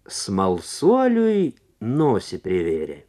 smalsuoliui nosį privėrė